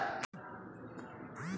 रोपला पर पानी के गरज होला